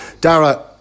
Dara